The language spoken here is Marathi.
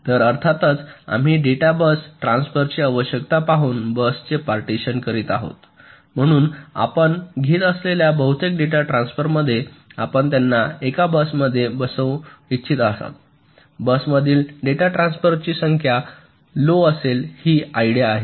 तर अर्थातच आम्ही डेटा बस ट्रान्सफर ची आवश्यकता पाहून बसचे पार्टीशन करीत आहोत म्हणून आपण घेत असलेल्या बहुतेक डेटा ट्रान्सफरमध्ये आपण त्यांना एका बसमध्ये बसवू इच्छित आहात बसमधील डेटा ट्रान्सफरची संख्या लो असेल ही आयडिया आहे